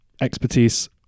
expertise